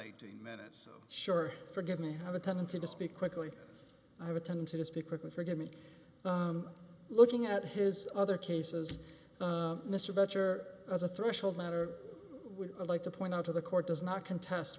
eighteen minutes so sure forgive me i have a tendency to speak quickly i have a tendency to speak quickly forgive me looking at his other cases mr better as a threshold matter we'd like to point out to the court does not contest